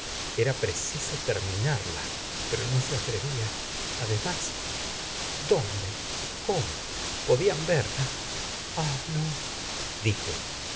era preciso terminarla pero no se atrevía además dónde cómo podían verla ah no dijo